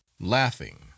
laughing